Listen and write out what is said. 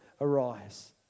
arise